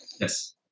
yes